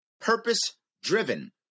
purpose-driven